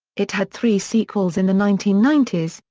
it had three sequels in the nineteen ninety s,